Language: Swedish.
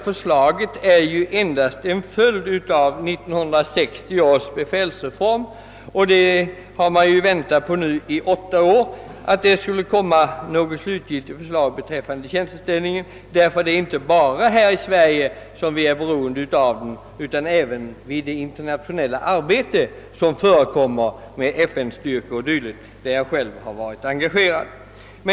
Förslaget är ju endast en följd av 1960 års befälsreform, och i åtta år har man ju nu väntat ett slutgiltigt förslag beträffande tjänsteställningen. Det är nämligen inte bara i Sverige som vi är beroende av frågans lösning, utan den betyder också mycket i internationella sammanhang när det gäller FN styrkor o.d., där jag för övrigt själv varit engagerad.